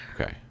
Okay